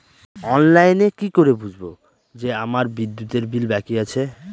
অনলাইনে কি করে বুঝবো যে আমার বিদ্যুতের বিল বাকি আছে?